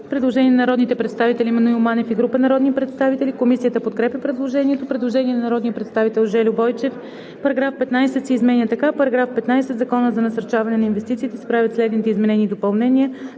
предложение на народния представител Маноил Манев и група народни представители. Комисията подкрепя предложението. Предложение на народния представител Жельо Бойчев: „§ 15 се изменя така: „§ 15. В Закона за насърчаване на инвестициите се правят следните изменения и допълнения: